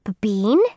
Bean